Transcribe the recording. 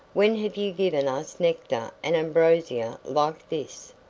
when have you given us nectar and ambrosia like this?